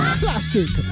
classic